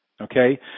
Okay